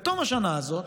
בתום השנה הזאת